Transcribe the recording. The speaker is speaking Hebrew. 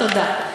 תודה.